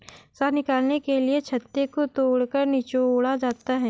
शहद निकालने के लिए छत्ते को तोड़कर निचोड़ा जाता है